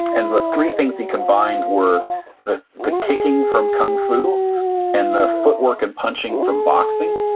and the three things he combined were the kicking from kung fu and the footwork and punching from boxing,